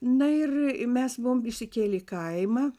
na ir ir mes buvom išsikėlė į kaimą